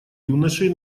юношей